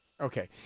Okay